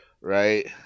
right